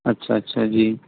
اچھا اچھا جی